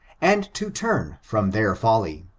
and to turn from their folly.